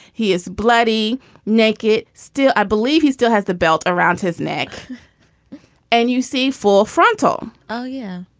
he is bloody naked still. i believe he still has the belt around his neck and you see full frontal. oh yeah.